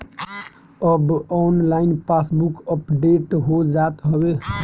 अब online passbook update हो जात हवे